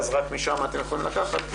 אז רק משם אתם יכולים לקחת,